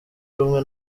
rumwe